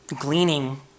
gleaning